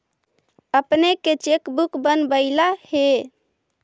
अपने के cheque book बनवइला हे